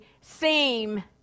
seem